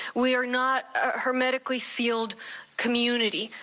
we are not ah hermetically sealed community.